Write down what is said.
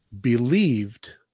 believed